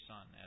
Son